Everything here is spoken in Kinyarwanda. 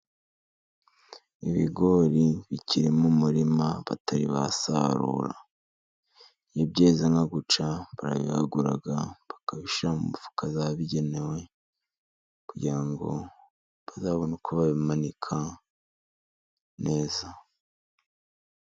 Ibigori bikiri mu muririma batari basarura, iyo byeze nka gutya barabihagura bakabishyira mu mifuka yabugenewe, kugira ngo bazabone uko babimanika neza.